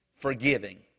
forgiving